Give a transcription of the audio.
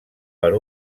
per